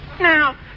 Now